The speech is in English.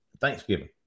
thanksgiving